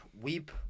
weep